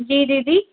जी दीदी